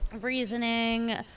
reasoning